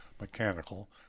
mechanical